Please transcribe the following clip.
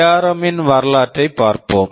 ARM ARM ன் வரலாற்றைப் பார்ப்போம்